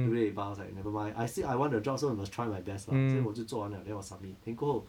对不对 but I was like never mind I said I want the job so I must try my best lah 所以我就做完 liao 我就 submit then 过后